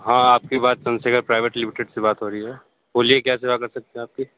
हाँ आपकी बात चंद्रशेखर प्राइवेट लिमिटेड से बात हो रही है बोलिए क्या सेवा कर सकते है आपकी